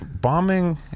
bombing